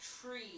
tree